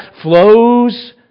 flows